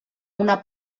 una